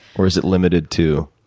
or, is it limited to